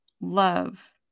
love